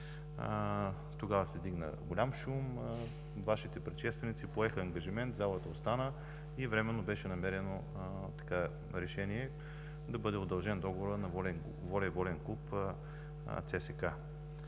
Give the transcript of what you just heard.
тогава се вдигна голям шум. Вашите предшественици поеха ангажимент, залата остана и временно беше намерено решение да бъде удължен договорът на волейболния клуб на